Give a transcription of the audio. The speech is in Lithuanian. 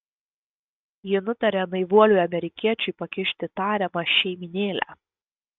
ji nutaria naivuoliui amerikiečiui pakišti tariamą šeimynėlę